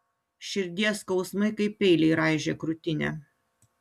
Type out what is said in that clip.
širdies skausmai kaip peiliai raižė krūtinę